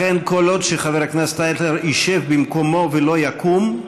לכן כל עוד חבר הכנסת אייכלר ישב במקומו ולא יקום,